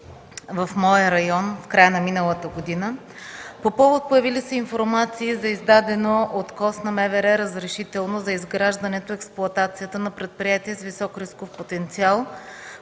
в моя район в края на миналата година по повод появили се информации за издадено от КОС на МВР разрешително за изграждане и експлоатация на предприятие с висок рисков потенциал